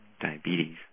diabetes